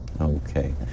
Okay